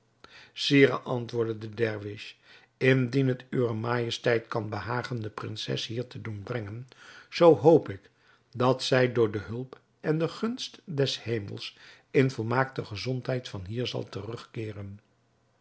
sire antwoordde de dervis indien het uwer majesteit kan behagen de prinses hier te doen brengen zoo hoop ik dat zij door de hulp en de gunst des hemels in volmaakte gezondheid van hier zal terugkeeren